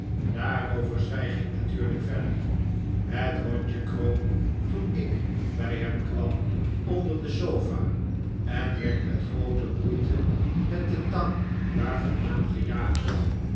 daarover zwijg ik natuurlijk verder het hondje kroop toen ik bij hem kwam onder de sofa en werd met groote moeite met de tang daar vandaan gejaagd